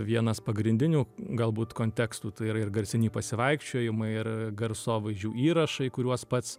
vienas pagrindinių galbūt kontekstų tai yra ir garsiniai pasivaikščiojimai ir garsovaizdžių įrašai kuriuos pats